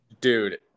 Dude